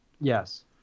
Yes